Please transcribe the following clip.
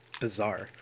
bizarre